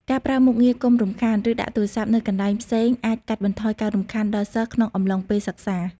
ការប្រើមុខងារ "កុំរំខាន" ឬដាក់ទូរសព្ទនៅកន្លែងផ្សេងអាចកាត់បន្ថយការរំខានដល់សិស្សក្នុងអំឡុងពេលសិក្សា។